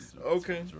Okay